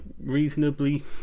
reasonably